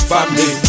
Family